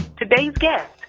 today's guests,